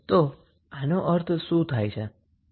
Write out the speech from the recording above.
તો આનો અર્થ શું થાય છે